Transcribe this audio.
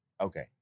Okay